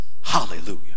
Hallelujah